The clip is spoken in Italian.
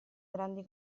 grandi